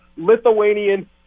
Lithuanian